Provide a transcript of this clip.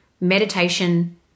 meditation